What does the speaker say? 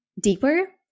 deeper